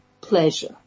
pleasure